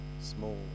small